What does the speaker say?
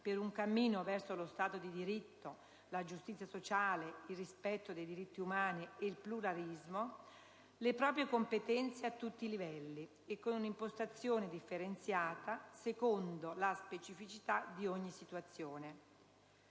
per un cammino verso lo Stato di diritto, la giustizia sociale, il rispetto dei diritti umani e il pluralismo, le proprie competenze a tutti i livelli e con un'impostazione differenziata, secondo la specificità di ogni situazione».